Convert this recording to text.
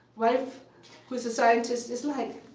wife who's a scientist is like,